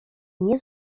nie